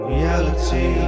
Reality